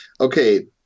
okay